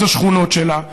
תושב אחת השכונות שלה,